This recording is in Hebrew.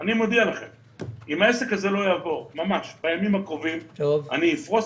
-- הם אומרים לעולם העסקי: "אנחנו בעד".